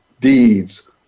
deeds